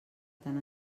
tant